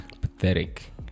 Pathetic